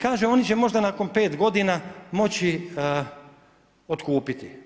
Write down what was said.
Kaže oni će možda nakon pet godina moći otkupiti.